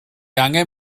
angen